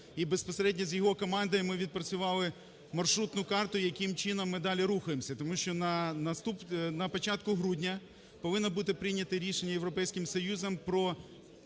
І безпосередньо з його командою ми відпрацювали маршрутну карту, яким чином ми далі рухаємося. Тому що на початку грудня повинно бути прийнято рішення Європейським Союзом про